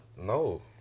No